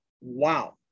Wow